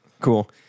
Cool